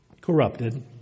corrupted